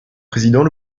président